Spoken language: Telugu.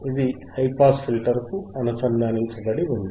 ఇది హైపాస్ ఫిల్టర్ కు అనుసంధానించబడి ఉంది